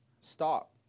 stop